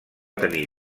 tenir